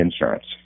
insurance